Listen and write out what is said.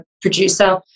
producer